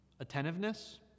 Attentiveness